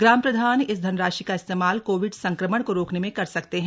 ग्राम प्रधान इस धनराशि का इस्तेमाल कोविड संक्रमण को रोकने में कर सकते हैं